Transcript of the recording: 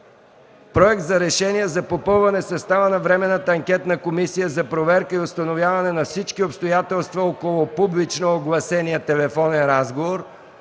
Проект за решение за попълване на състава на Временната анкетна комисия за проверка и установяване на всички обстоятелства около публично огласения телефонен разговор